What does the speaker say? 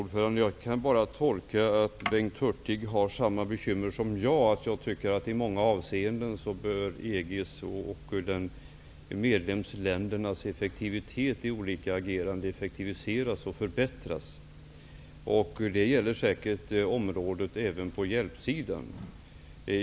Herr talman! Jag kan bara tolka det så att Bengt Hurtig har samma bekymmer som jag. Jag tycker att EG:s och medlemsländernas agerande i olika situationer bör effektiviseras och förbättras. Det gäller säkert i fråga om nödhjälp.